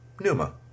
Numa